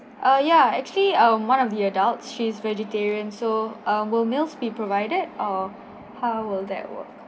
uh yeah actually uh one of the adults she's vegetarian so uh will meals be provided or how will that work